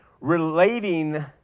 relating